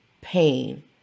pain